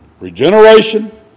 regeneration